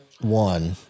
one